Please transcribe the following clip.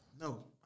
No